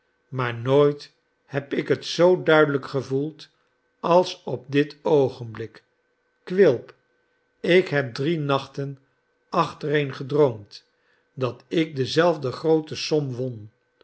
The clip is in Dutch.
maar nooit heb ik het zoo duidelijk gevoeld als op dit oogenblik quilp ik heb drie nachten achtereen gedroomd dat ik dezelfde groote som won